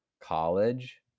college